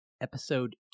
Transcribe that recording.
episode